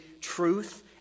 truth